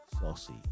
Saucy